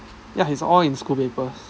ya it's all in school papers